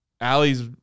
Allie's